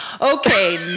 Okay